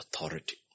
authority